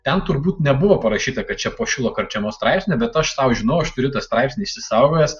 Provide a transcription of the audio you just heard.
ten turbūt nebuvo parašyta kad čia po šilo karčiamos straipsnio bet aš sau žinojau aš turiu tą straipsnį išsisaugojęs